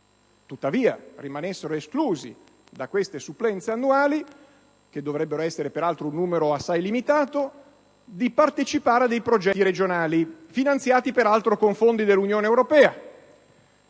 tuttavia rimanessero esclusi da queste supplenze annuali, e che dovrebbero essere peraltro in numero assai limitato, di partecipare a progetti regionali finanziati con fondi dell'Unione europea.